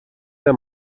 era